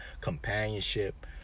companionship